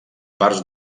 parts